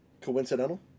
coincidental